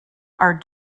are